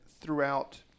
throughout